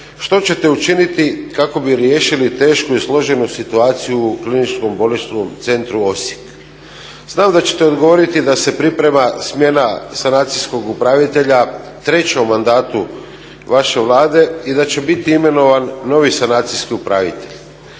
što ćete učiniti kako bi riješili tešku i složenu situaciju u Kliničkom bolničkom centru Osijek? Znam da ćete odgovoriti da se priprema smjena sanacijskoj upravitelja, treća u mandatu vaše Vlade i da će biti imenovan novi sanacijski upravitelj.